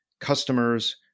customers